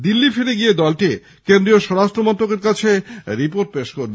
দিল্লি ফিরে গিয়ে দলটি কেন্দ্রীয় স্বরাষ্ট্রমন্ত্রকের কাছে রিপোর্ট পেশ করবে